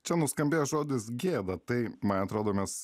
čia nuskambėjo žodis gėda tai man atrodo mes